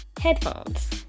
headphones